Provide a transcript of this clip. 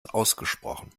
ausgesprochen